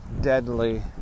deadly